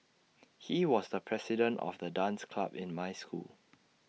he was the president of the dance club in my school